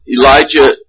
Elijah